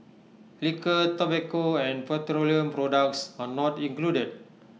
Liquor Tobacco and petroleum products are not included